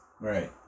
Right